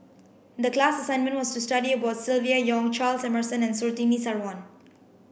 the class assignment was to study about Silvia Yong Charles Emmerson and Surtini Sarwan